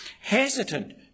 hesitant